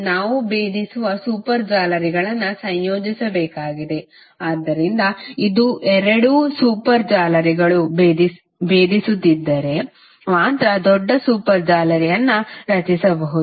ನಾವು ಭೇದಿಸುವ ಸೂಪರ್ ಜಾಲರಿಗಳನ್ನು ಸಂಯೋಜಿಸಬೇಕಾಗಿದೆ ಆದ್ದರಿಂದ ಇದು ಎರಡು ಸೂಪರ್ ಜಾಲರಿಗಳು ಭೇದಿಸುತ್ತಿದ್ದರೆ ಮಾತ್ರ ದೊಡ್ಡ ಸೂಪರ್ ಜಾಲರಿಯನ್ನು ರಚಿಸಬಹುದು